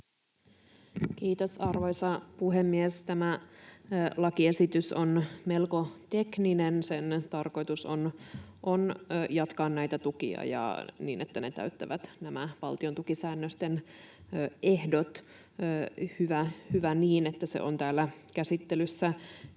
Kiitos, arvoisa puhemies! Tämä lakiesitys on melko tekninen. Sen tarkoitus on jatkaa näitä tukia niin, että ne täyttävät nämä valtiontukisäännösten ehdot. Hyvä niin, että se on täällä käsittelyssä.